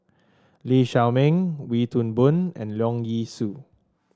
Lee Shao Meng Wee Toon Boon and Leong Yee Soo